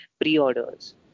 pre-orders